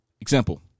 example